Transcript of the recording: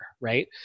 Right